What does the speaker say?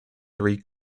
three